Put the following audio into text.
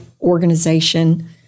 organization